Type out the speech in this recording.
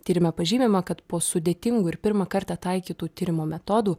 tyrime pažymima kad po sudėtingų ir pirmą kartą taikytų tyrimo metodų